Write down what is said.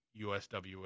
USWA